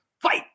fight